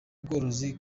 bworozi